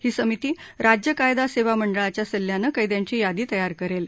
ही समिती राज्य कायदा सेवा मंडळाच्या सल्ल्यानं कैद्यांची यादी तयार करेल